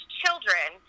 children